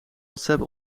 whatsapp